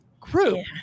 crew